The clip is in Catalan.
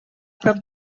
prop